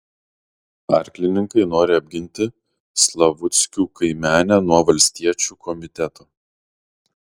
arklininkai nori apginti slavuckių kaimenę nuo valstiečių komiteto